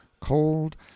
cold